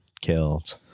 killed